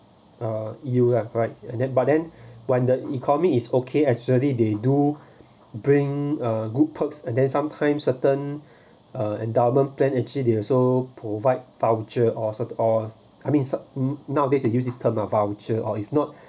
uh you are correct and then but then when the economy is okay actually they do bring a good perks and then sometimes certain uh endowment plan actually they also provide voucher or sort of I mean nowadays we use this term or voucher or if not